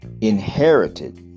inherited